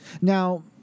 Now